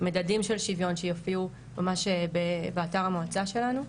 מדדים של שוויון שיופיעו ממש באתר המועצה שלנו.